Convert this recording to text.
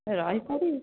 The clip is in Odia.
ରହିଥା ଟିକିଏ